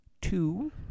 two